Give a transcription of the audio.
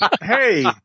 Hey